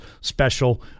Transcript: special